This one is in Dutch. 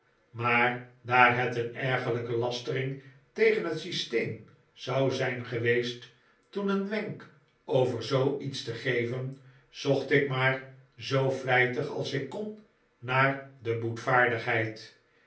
maar daar het een ergerlijke lastering tegen het systeem zou zijn geweest toen een wenk over zooiets te geven zocht ik maar zoo vlijtig als ik kon naar de